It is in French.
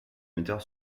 metteurs